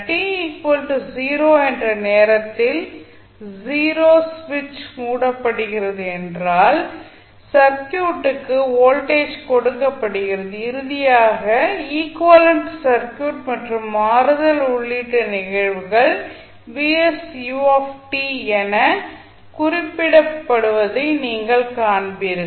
t 0 என்ற நேரத்தில் 0 ஸ்விட்ச் மூடப்படுகிறது என்றால் சர்க்யூட்டுக்கு வோல்டேஜ் கொடுக்கபடுகிறது இறுதியாக ஈக்விவலெண்ட் சர்க்யூட் மற்றும் மாறுதல் உள்ளிட்ட நிகழ்வுகள் என குறிப்பிடப்படுவதை நீங்கள் காண்பீர்கள்